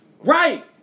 Right